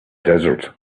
desert